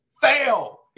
fail